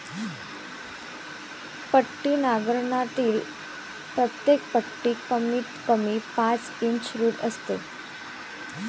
पट्टी नांगरणीतील प्रत्येक पट्टी कमीतकमी पाच इंच रुंद असते